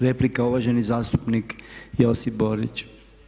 Replika uvaženi zastupnik Josip Borić.